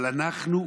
אבל אנחנו,